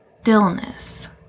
stillness